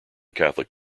catholic